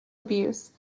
abuse